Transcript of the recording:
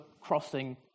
crossing